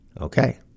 Okay